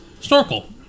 Snorkel